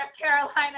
Carolina